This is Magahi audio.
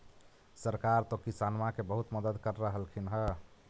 सरकार तो किसानमा के बहुते मदद कर रहल्खिन ह?